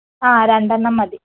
ആ രണ്ടെണ്ണം മതി